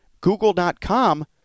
Google.com